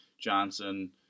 Johnson